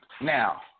Now